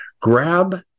Grab